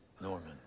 norman